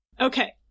Okay